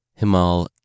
Himal